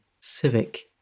civic